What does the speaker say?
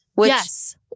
Yes